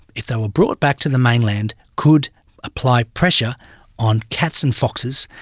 if they were brought back to the mainland, could apply pressure on cats and foxes,